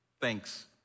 thanks